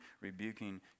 rebuking